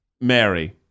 Mary